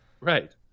Right